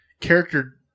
character